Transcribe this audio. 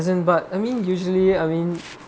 as in but I mean usually I mean